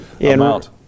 amount